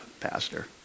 pastor